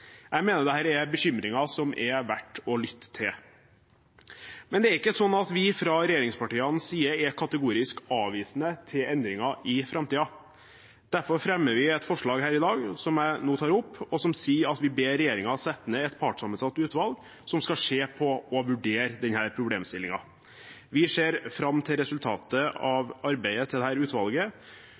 Jeg mener dette er bekymringer som er verd å lytte til. Men det er ikke slik at vi fra regjeringspartienes side er kategorisk avvisende til endringer i framtiden. Derfor fremmer vi et forslag her i dag som jeg nå tar opp, og som sier at vi ber regjeringen sette ned et partssammensatt utvalg som skal se på og vurdere denne problemstillingen. Vi ser fram til resultatet av arbeidet til dette utvalget.